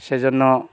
সেই জন্য